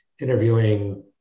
interviewing